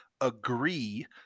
agree